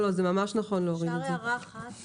זה ממש נכון להוריד את זה.